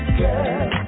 girl